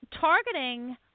targeting